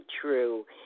true